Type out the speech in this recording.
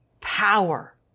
power